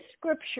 scripture